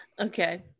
okay